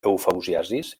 eufausiacis